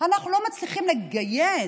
אנחנו לא מצליחים לגייס,